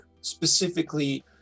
specifically